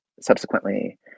subsequently